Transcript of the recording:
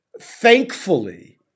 thankfully